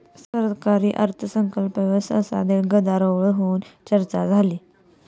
सरकारी अर्थसंकल्पावर संसदेत गदारोळ होऊन चर्चा झाली